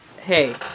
hey